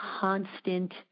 constant